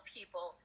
people